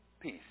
Peace